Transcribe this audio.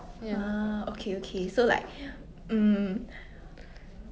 ya